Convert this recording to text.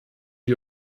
die